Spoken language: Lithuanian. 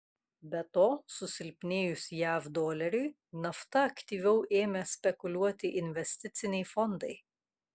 be to susilpnėjus jav doleriui nafta aktyviau ėmė spekuliuoti investiciniai fondai